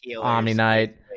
Omni-Knight